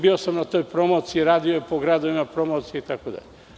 Bio sam na toj promociji, radio po gradovima promocije itd.